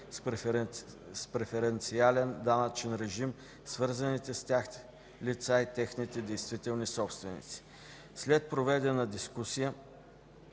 с преференциален данъчен режим, свързаните с тях лица и техните действителни собственици. След проведената дискусия,